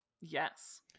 Yes